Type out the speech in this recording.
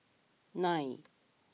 nine